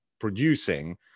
producing